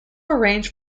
arranged